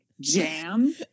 jam